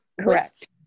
Correct